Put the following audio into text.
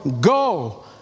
go